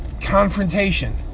confrontation